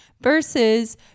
versus